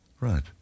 Right